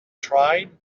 tried